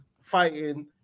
fighting